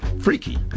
freaky